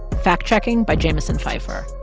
fact-checking by jamison pfeifer.